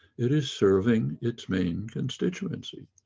it is serving its main constituency,